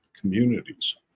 communities